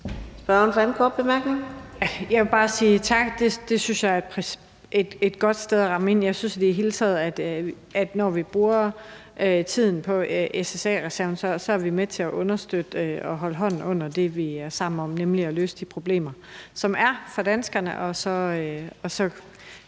Fabricius (S): Jeg vil bare sige tak. Det synes jeg er et godt sted at ramme ned. Jeg synes i det hele taget, at når vi bruger tiden på SSA-reserven, er vi med til at understøtte og holde hånden under det, vi er sammen om, nemlig at løse de problemer, som er der, for danskerne,